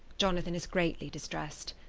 jonathan is greatly distressed.